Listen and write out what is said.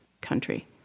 country